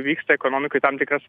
vyksta ekonomikoj tam tikras